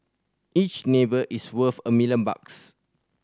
each neighbour is worth a million bucks